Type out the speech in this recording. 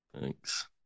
Thanks